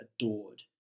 adored